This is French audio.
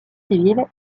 civile